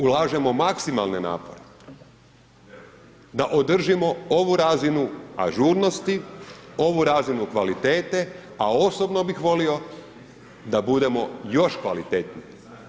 Ulažemo maksimalne napore da održimo ovu razinu ažurnosti, ovu razinu kvalitete, a osobno bih volio da budemo još kvalitetniji.